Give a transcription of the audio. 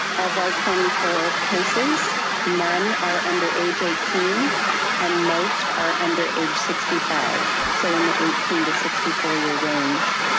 our twenty four cases, none are under age eighteen and most are under age sixty five. so in the eighteen to sixty four year range.